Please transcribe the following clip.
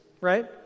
right